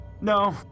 No